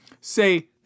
say